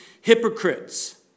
hypocrites